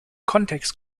kontext